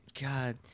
God